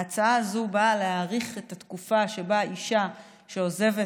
ההצעה הזאת באה להאריך את התקופה שבה אישה שעוזבת